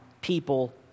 people